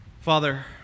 Father